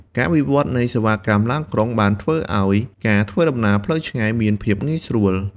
ការវិវត្តនៃសេវាកម្មឡានក្រុងបានធ្វើឱ្យការធ្វើដំណើរផ្លូវឆ្ងាយមានភាពងាយស្រួល។